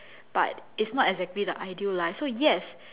but it's not exactly the ideal life so yes